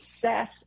success